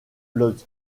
łódź